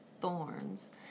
thorns